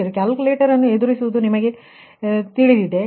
ಆದ್ದರಿಂದ ಕ್ಯಾಲ್ಕುಲೇಟರ್ ಅನ್ನು ಬಳಸುವುದು ನಿಮಗೆ ತಿಳಿದಿದೆ